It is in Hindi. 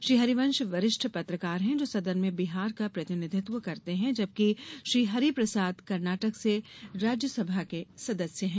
श्री हरिवंश वरिष्ठ पत्रकार हैं जो सदन में बिहार का प्रतिनिधित्व करते हैं जबकि श्री हरिप्रसाद कर्नाटक से राज्यसभा के सदस्य हैं